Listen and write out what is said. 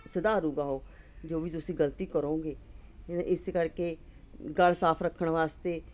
ਸੁਧਾਰੇਗਾ ਉਹ ਜੋ ਵੀ ਤੁਸੀਂ ਗਲਤੀ ਕਰੋਂਗੇ ਇਸ ਕਰਕੇ ਗਲ ਸਾਫ਼ ਰੱਖਣ ਵਾਸਤੇ